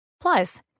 Plus